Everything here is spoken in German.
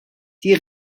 die